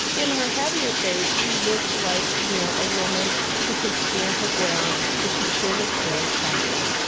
in her heavier phase, she looks like, you know, a woman who can stand her ground. but she still looks very attractive.